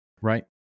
Right